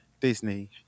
Disney